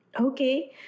Okay